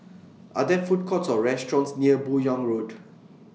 Are There Food Courts Or restaurants near Buyong Road